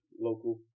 local